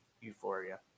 euphoria